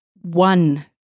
One